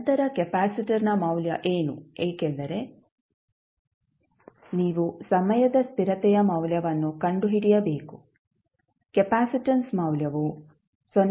ನಂತರ ಕೆಪಾಸಿಟರ್ನ ಮೌಲ್ಯ ಏನು ಏಕೆಂದರೆ ನೀವು ಸಮಯದ ಸ್ಥಿರತೆಯ ಮೌಲ್ಯವನ್ನು ಕಂಡುಹಿಡಿಯಬೇಕು ಕೆಪಾಸಿಟನ್ಸ್ ಮೌಲ್ಯವು 0